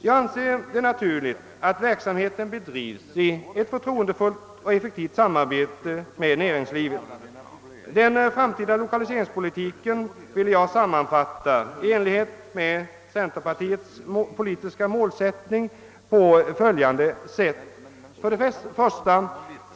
Jag anser det naturligt att verksamheten bedrivs i ett förtroendefullt och effektivt samarbete med näringslivet. Den framtida lokaliseringspolitiken ville jag i enlighet med centerpartiets politiska målsättningar sammanfatta på följande sätt.